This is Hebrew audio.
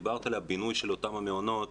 דיברת על הבינוי של אותם מעונות,